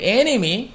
enemy